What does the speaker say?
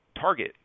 target